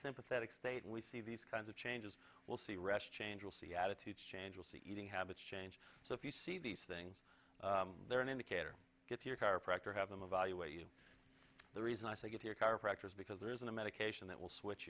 sympathetic state we see these kinds of changes we'll see retch change will see attitudes change will see eating habits change so if you see these things they're an indicator if you're chiropractor have them evaluate you the reason i say get here chiropractors because there isn't a medication that will switch